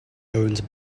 owns